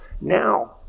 Now